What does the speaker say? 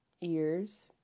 ears